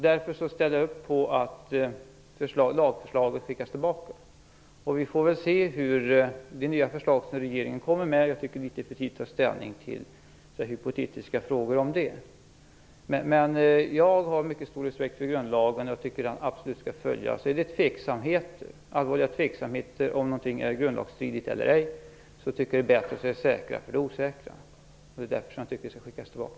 Därför ställer jag upp på att lagförslaget skickas tillbaka. Vi får se hur det nya förslaget som regeringen kommer med blir. Jag tycker att det är för tidigt att ta ställning till hypotetiska frågor om det. Jag har mycket stor respekt för grundlagen och tycker att den absolut skall följas. Råder det allvarliga tveksamheter om någonting är grundlagsstridigt eller ej är det bättre att ta det säkra för det osäkra. Det är därför jag tycker att förslaget skall skickas tillbaka.